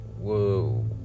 Whoa